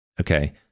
Okay